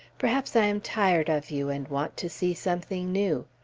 perhaps i am tired of you, and want to see something new.